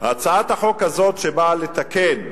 הצעת החוק הזאת, שבאה לתקן,